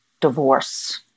divorce